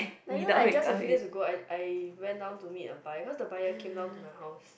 like you know like just a few days ago I I when down to meet a buyer because a buyer came down to my house